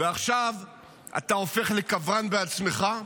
ועכשיו אתה הופך לקברן בעצמך?